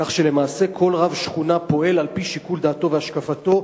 כך שלמעשה כל רב שכונה פועל על-פי שיקול דעתו והשקפתו,